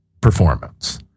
performance